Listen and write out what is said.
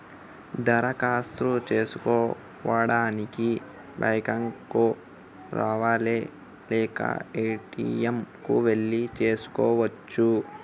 దరఖాస్తు చేసుకోవడానికి బ్యాంక్ కు రావాలా లేక ఏ.టి.ఎమ్ కు వెళ్లి చేసుకోవచ్చా?